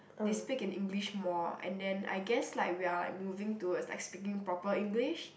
they speak in English more and then I guess like we are like moving towards like speaking proper English